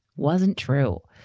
wasn't true.